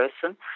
person